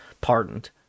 pardoned